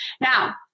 Now